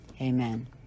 Amen